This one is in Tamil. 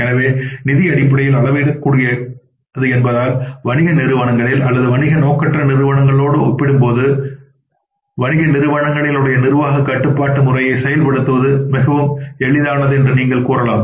எனவே நிதி அடிப்படையில் அளவிடக்கூடியது என்பதால் வணிக நிறுவனங்களில் அல்லது வணிக நோக்கற்ற நிறுவனங்களுடன் ஒப்பிடும்போது வணிக நிறுவனங்களில் நிர்வாக கட்டுப்பாட்டு முறையை செயல்படுத்துவது மிகவும் எளிதானது என்று நீங்கள் கூறலாம்